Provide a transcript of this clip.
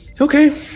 Okay